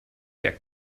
der